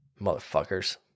Motherfuckers